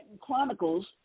Chronicles